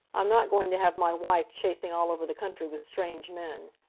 i'm not going to have my wife chasing all over the country with strange men.